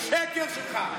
השקר שלך.